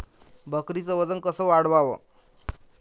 बकरीचं वजन कस वाढवाव?